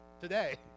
Today